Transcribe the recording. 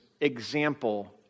example